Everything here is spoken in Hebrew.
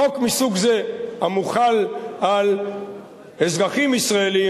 חוק מסוג זה המוחל על אזרחים ישראלים,